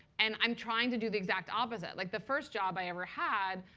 and i'm trying to do the exact opposite. like the first job i ever had,